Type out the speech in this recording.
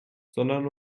sondern